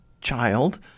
child